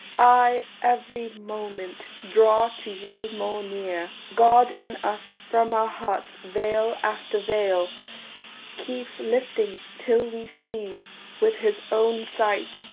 i every moment draw to you more near god in us from our hearts veil after veil keeps lifting, till we see with his own sight,